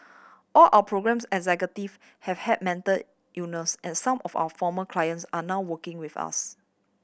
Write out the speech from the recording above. all our programme executive have had mental illness and some of our former clients are now working with us